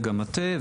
וגם מטה,